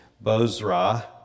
Bozrah